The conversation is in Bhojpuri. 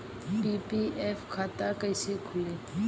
पी.पी.एफ खाता कैसे खुली?